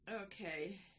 Okay